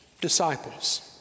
disciples